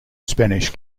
spanish